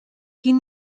quin